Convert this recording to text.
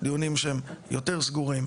דיונים שהם יותר סגורים,